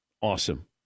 awesome